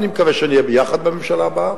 אני מקווה שנהיה יחד בממשלה הבאה,